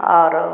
और